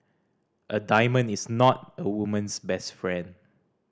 a diamond is not a woman's best friend